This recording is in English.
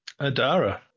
Adara